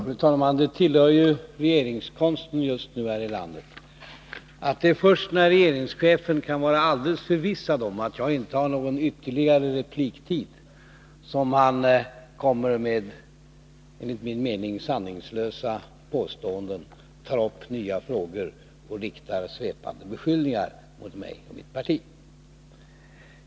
Fru talman! Det tillhör ju just nu regeringskonsten här i landet, att det är först när regeringschefen kan vara alldeles förvissad om att jag inte har någon ytterligare repliktid som han kommer med enligt min mening sanningslösa påståenden, tar upp nya frågor och riktar svepande beskyllningar mot mig och mitt parti.